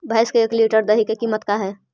भैंस के एक लीटर दही के कीमत का है?